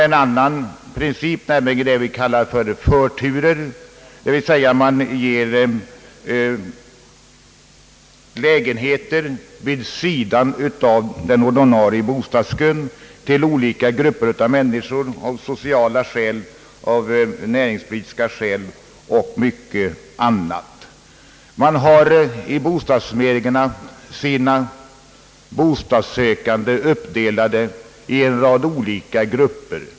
En annan princip är den som kallas förtur, d.v.s. att man ger lägenheter vid sidan av den ordinarie bostadskön till olika grupper av människor; av sociala skäl, av näringspolitiska skäl och mycket annat. Bostadsförmedlingarna har de sökande uppdelade i en rad olika grupper.